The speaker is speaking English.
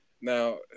now